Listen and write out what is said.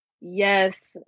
Yes